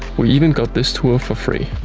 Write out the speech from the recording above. we even got this tour for free!